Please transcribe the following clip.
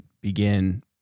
begin